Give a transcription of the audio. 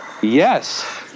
yes